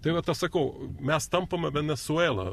tai vat aš sakau mes tampame venesuela